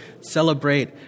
celebrate